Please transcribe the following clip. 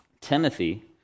Timothy